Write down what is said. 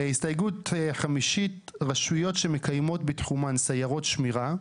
ההסתייגות החמישית רשויות שמקיימות בתחומן סיירות שמירה,